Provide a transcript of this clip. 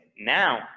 now